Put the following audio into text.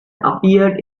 appeared